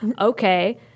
Okay